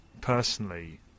personally